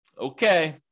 Okay